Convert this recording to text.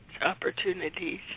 opportunities